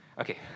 Okay